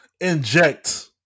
inject